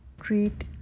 treat